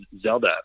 Zelda